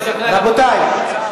רבותי,